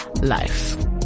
life